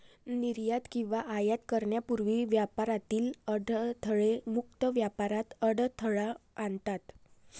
निर्यात किंवा आयात करण्यापूर्वी व्यापारातील अडथळे मुक्त व्यापारात अडथळा आणतात